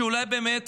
אולי באמת